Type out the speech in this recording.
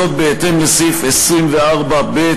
בהתאם לסעיף 24(ב)